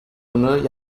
bunu